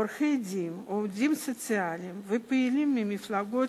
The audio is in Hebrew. עורכי-דין, עובדים סוציאליים ופעילים ממפלגות